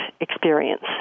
experience